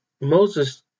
Moses